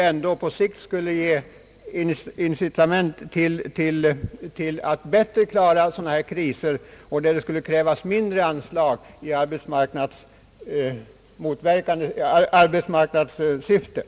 En ökad insats här skulle ju ändå på sikt ge möjligheter att bättre klara sådana avsättningsoch sysselsättningsfrågor och skulle också därmed innebära, att det behövdes mindre bidrag till arbetsmarknadspolitiken.